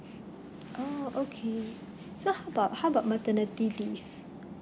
oh okay so how about how about maternity leave